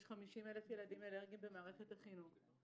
יש 50,000 ילדים אלרגיים במערכת החינוך.